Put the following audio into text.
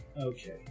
Okay